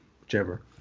whichever